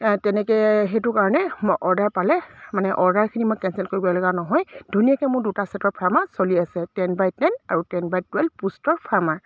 তেনেকৈ সেইটো কাৰণে মই অৰ্ডাৰ পালে মানে অৰ্ডাৰখিনি মই কেঞ্চেল কৰিব লগা নহয় ধুনীয়াকৈ মোৰ দুটা ছেটৰ ফাৰ্মাৰ চলি আছে টেন বাই টেন আৰু টেন বাই টুৱেল্ভ পোষ্টৰ ফাৰ্মাৰ